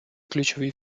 ключові